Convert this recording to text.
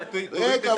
רגע,